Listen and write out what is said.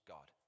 God